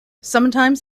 sometimes